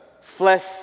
flesh